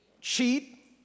cheat